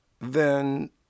Then